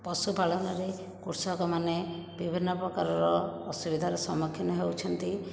ପଶୁପାଳନରେ କୃଷକମାନେ ବିଭିନ୍ନ ପ୍ରକାରର ଅସୁବିଧାର ସମ୍ମୁଖୀନ ହେଉଛନ୍ତି